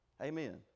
Amen